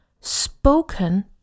Spoken